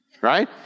right